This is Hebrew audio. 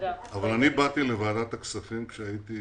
אבל אני באתי לוועדת הכספים כשהייתי